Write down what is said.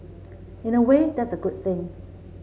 in a way that's a good thing